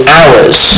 hours